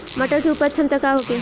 मटर के उपज क्षमता का होखे?